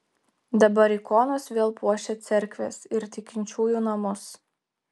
dabar ikonos vėl puošia cerkves ir tikinčiųjų namus